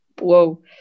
whoa